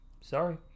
Sorry